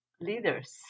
leaders